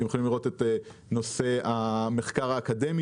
אתם יכולים לראות את נושא המחקר האקדמי